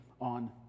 on